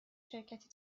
شرکتی